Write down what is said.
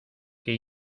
que